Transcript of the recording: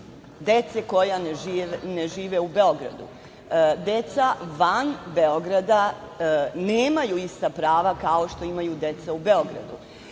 dece koja ne žive u Beogradu. Deca van Beograda nemaju ista prava kao što imaju deca u Beogradu. Svedoci